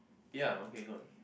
ya okay go on